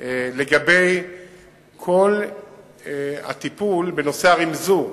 לגבי כל הטיפול בנושא הרמזור,